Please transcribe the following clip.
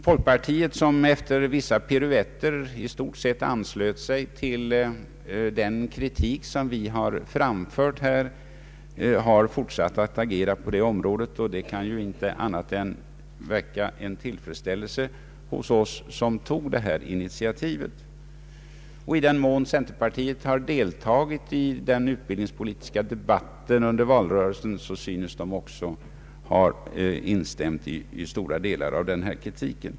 Folkpartiet, som efter vissa piruetter i stort sett anslöt sig till den kritik som vi anförde, har fortsatt agera på det området. Det måste naturligtvis väcka tillfredsställelse hos oss som tog detta initiativ. I den mån centerpartisterna deltagit i den utbildningspolitiska debatten under valrörelsen synes också de ha instämt i stora delar av denna kritik.